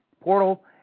Portal